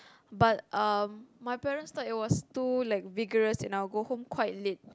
but um my parents thought it was too vigouress and I will go home quite late